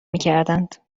میکردند